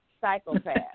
psychopath